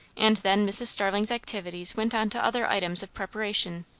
and then mrs. starling's activities went on to other items of preparation.